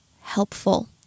helpful